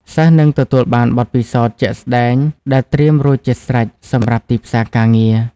សិស្សនឹងទទួលបានបទពិសោធន៍ជាក់ស្តែងដែលត្រៀមរួចជាស្រេចសម្រាប់ទីផ្សារការងារ។